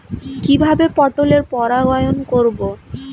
কিভাবে পটলের পরাগায়ন করব?